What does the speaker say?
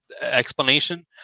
explanation